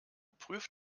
prüft